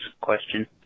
question